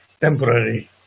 temporary